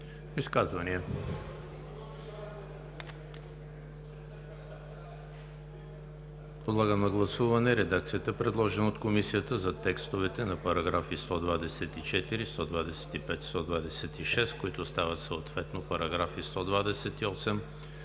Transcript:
виждам. Подлагам на гласуване редакцията, предложена от Комисията за текстовете на параграфи 134 и 135, които стават съответно параграфи 138